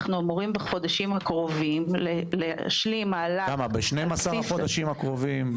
אנחנו אמורים בחודשים הקרובים להשלים מהלך --- ב-12 החודשים הקרובים,